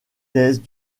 thèses